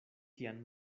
tian